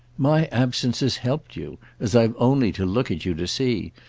my absence has helped you as i've only to look at you to see.